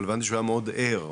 הבנתי שהוא היה מאוד ער,